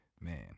man